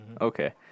Okay